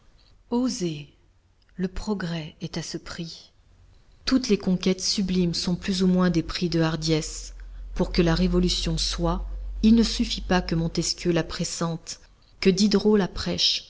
oser le progrès est à ce prix toutes les conquêtes sublimes sont plus ou moins des prix de hardiesse pour que la révolution soit il ne suffit pas que montesquieu la pressente que